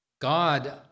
God